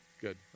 Good